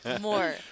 more